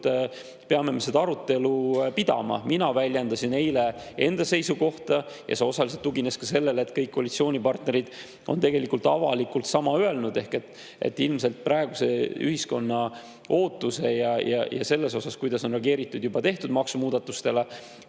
peame me seda arutelu pidama. Mina väljendasin eile enda seisukohta ja see osaliselt tugines ka sellele, et kõik koalitsioonipartnerid on tegelikult avalikult sama öelnud. Ilmselt praeguste ühiskonna ootuste korral ja arvestades seda, kuidas on reageeritud juba tehtud maksumuudatustele,